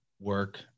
work